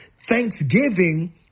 thanksgiving